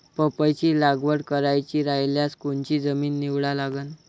पपईची लागवड करायची रायल्यास कोनची जमीन निवडा लागन?